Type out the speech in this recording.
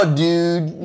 dude